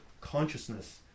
consciousness